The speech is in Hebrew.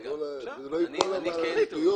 אבל שזה לא ייפול על שטויות.